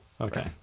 Okay